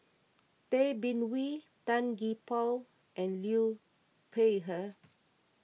Tay Bin Wee Tan Gee Paw and Liu Peihe